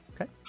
okay